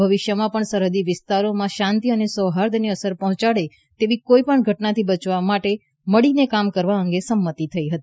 ભવિષ્યમાં સરહદી વિસ્તારોમાં શાંતિ અને સૌફાર્દને અસર પહોંચાડે તેવી કોઇ પણ ઘટનાથી બચવા માટે મળીને કામ કરવા અંગે પણ સંમતી થઇ છે